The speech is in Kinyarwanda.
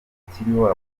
hakiriho